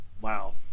Wow